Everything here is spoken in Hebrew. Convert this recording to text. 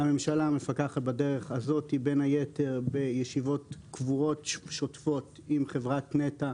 הממשלה מפקחת בדרך הזאת בין היתר בישיבות קבועות שוטפות עם חברת נת"ע,